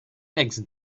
next